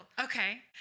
okay